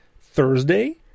Thursday